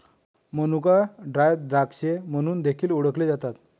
मनुका ड्राय द्राक्षे म्हणून देखील ओळखले जातात